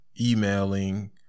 emailing